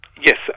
Yes